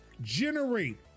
Generate